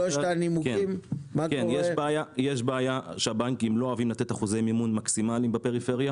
יש בעיה שהבנקים לא אוהבים לתת אחוזי מימון מקסימליים בפריפריה